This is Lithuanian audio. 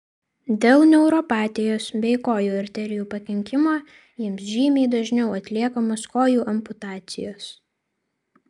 dėl neuropatijos bei kojų arterijų pakenkimo jiems žymiai dažniau atliekamos kojų amputacijos